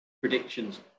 predictions